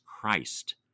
Christ